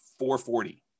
440